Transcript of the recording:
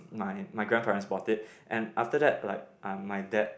my my grandparents bought it and after that like um my dad